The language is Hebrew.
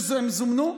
שהם זומנו אליו?